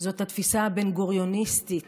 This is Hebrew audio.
התפיסה הבן-גוריוניסטית